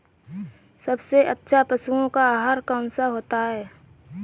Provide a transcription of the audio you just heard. सबसे अच्छा पशुओं का आहार कौन सा होता है?